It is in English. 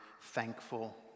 thankful